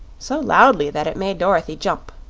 so loudly that it made dorothy jump.